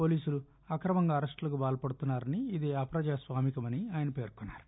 పోలీసులు అక్రమంగా అరెస్టులకు పాల్పడుతున్నా రని ఇది అప్రజాస్వామికమనీ ఆయన పేర్కొన్నారు